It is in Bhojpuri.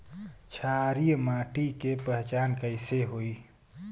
क्षारीय माटी के पहचान कैसे होई?